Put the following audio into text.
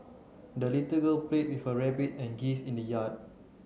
the little girl play with her rabbit and geese in the yard